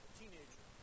teenager